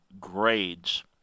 grades